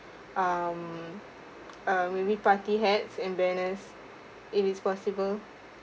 um uh maybe party hats and banners it is possible